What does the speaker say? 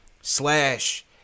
slash